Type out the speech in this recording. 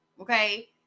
Okay